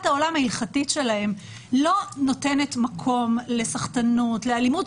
העולם ההלכתית שלהם לא נותנת מקום לסחטנות ולאלימות,